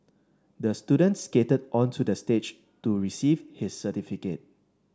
the student skated onto the stage to receive his certificate